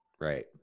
Right